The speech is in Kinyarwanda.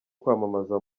kwamamaza